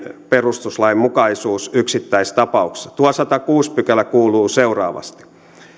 perustuslainmukaisuus yksittäistapauksissa tuo sadaskuudes pykälä kuuluu seuraavasti